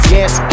Yes